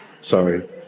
Sorry